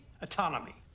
autonomy